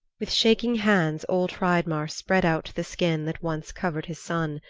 with shaking hands old hreidmar spread out the skin that once covered his son.